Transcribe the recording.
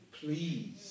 please